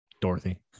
Dorothy